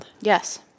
Yes